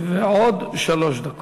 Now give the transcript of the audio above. ועוד שלוש דקות,